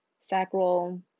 sacral